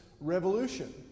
revolution